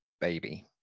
baby